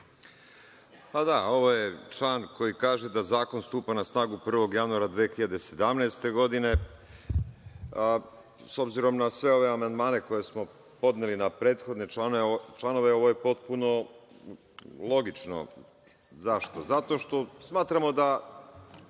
Pa da, ovo je član koji kaže da zakon stupa na snagu 1. januara 2017. godine. S obzirom na sve ove amandmane koje smo podneli na prethodne članove, ovo je potpuno logično. Zašto? Zato što smatramo da